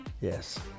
Yes